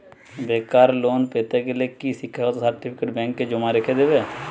বেকার লোন পেতে গেলে কি শিক্ষাগত সার্টিফিকেট ব্যাঙ্ক জমা রেখে দেবে?